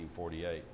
1948